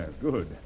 Good